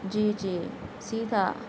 جی جی سیدھا